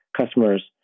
customers